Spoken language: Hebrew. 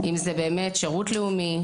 אם זה שירות לאומי,